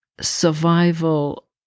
survival